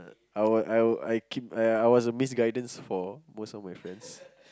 I would I would I keep I uh I was a misguidance for most of my friends